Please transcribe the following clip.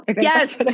Yes